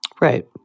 Right